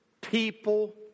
people